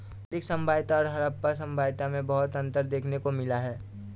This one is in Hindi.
वैदिक सभ्यता और हड़प्पा सभ्यता में बहुत अन्तर देखने को मिला है